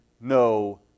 no